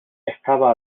estaba